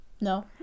No